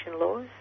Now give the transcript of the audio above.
laws